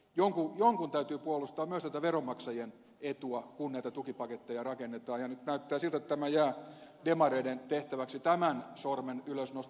jonkun täytyy puolustaa myös tätä veronmaksajien etua kun näitä tukipaketteja rakennetaan ja nyt näyttää siltä että jää demareiden tehtäväksi tämän sormen ylösnosto